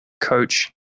Coach